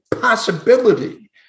possibility